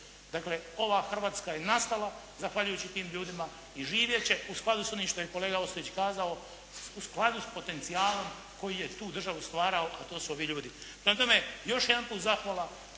Dakle, ova Hrvatska je nastala zahvaljujući tim ljudima i živjeti će u skladu sa onim što je kolega Ostojić kazao u skladu sa potencijalom koji je tu državu stvarao a to su ovi ljudi. Prema tome, još jedanput zahvala